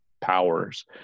powers